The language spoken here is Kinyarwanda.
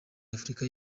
y’afurika